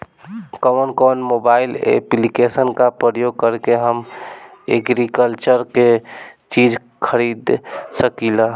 कउन कउन mobile application का प्रयोग करके हम एग्रीकल्चर के चिज खरीद सकिला?